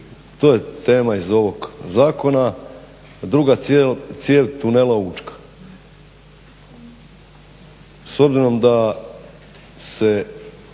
to je tema iz ovog zakona, druga cijev tunela Učka. S obzirom da se